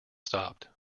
stopped